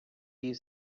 you